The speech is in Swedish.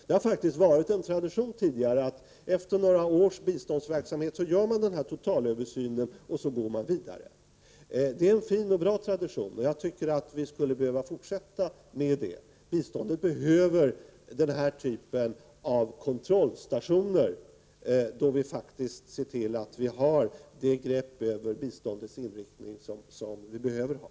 Det har alltså faktiskt varit en tradition. Efter några års biståndsverksamhet görs en totalöversyn. Sedan går man vidare. Jag tycker att det är en fin tradition som vi skall fortsätta med. Biståndet behöver den här typen av kontrollstationer, för då kan vi se till att Prot. 1988/89:99 vi har det grepp över biståndets inriktning som vi behöver ha.